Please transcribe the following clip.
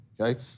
Okay